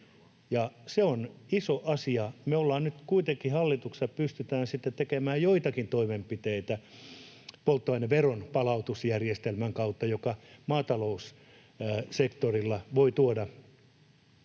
se on iso asia. Me kuitenkin nyt hallituksessa pystytään sitten tekemään joitakin toimenpiteitä polttoaineveron palautusjärjestelmän kautta, joka maataloussektorilla voi tuoda